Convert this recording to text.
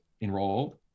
enrolled